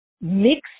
mixed